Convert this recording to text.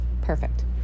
perfect